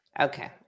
Okay